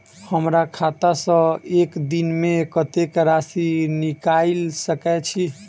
हमरा खाता सऽ एक दिन मे कतेक राशि निकाइल सकै छी